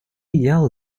идеалы